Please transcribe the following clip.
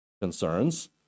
concerns